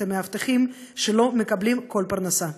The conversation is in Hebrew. את המאבטחים, שלא מקבלים כל פרנסה.